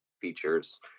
features